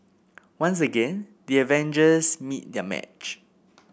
once again the avengers meet their match